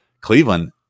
Cleveland